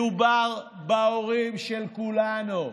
מדובר בהורים של כולנו.